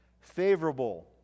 Favorable